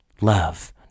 Love